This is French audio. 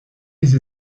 les